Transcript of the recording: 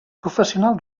professional